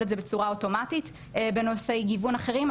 את זה בצורה אוטומטית בנושאי גיוון אחרים,